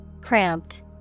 Cramped